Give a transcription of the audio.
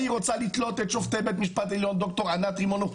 ההיא רוצה לתלות את שופטי בית המשפט העליון ד"ר ענת רימון אור,